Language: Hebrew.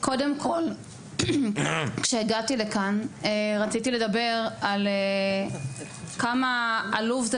קודם כל כשהגעתי לכאן רציתי לדבר על כמה עלוב זה